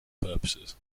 purposes